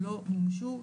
שלא מומשו,